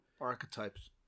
archetypes